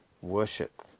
worship